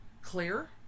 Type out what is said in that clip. clear